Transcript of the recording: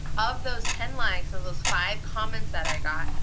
of those ten likes, of those five comments that i got,